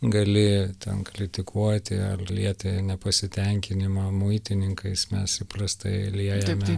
gali ten kritikuoti ar lieti nepasitenkinimą muitininkais mes įprastai liejame